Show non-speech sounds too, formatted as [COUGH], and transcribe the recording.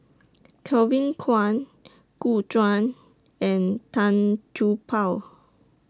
Kevin Kwan Gu Juan and Tan [UNINTELLIGIBLE] Paw